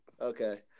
Okay